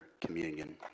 communion